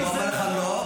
הוא אמר לך לא,